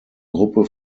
gruppe